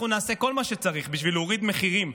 אנחנו נעשה כל מה שצריך בשביל להוריד מחירים,